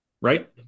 right